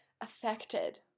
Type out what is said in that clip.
affected